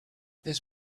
this